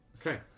Okay